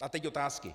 A teď otázky.